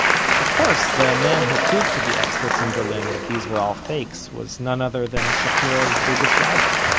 of course the man who proved to the experts in berlin that these were all fakes was none other than shapira's biggest rival,